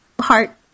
heart